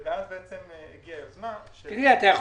אז בעצם הגיעה יוזמה --- אתה יכול